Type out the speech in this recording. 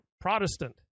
Protestant